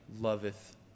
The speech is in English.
loveth